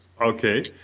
Okay